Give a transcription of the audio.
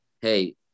hey